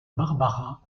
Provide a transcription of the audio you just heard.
barbara